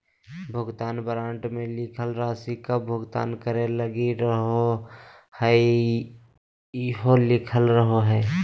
भुगतान वारन्ट मे लिखल राशि कब भुगतान करे लगी रहोहाई इहो लिखल रहो हय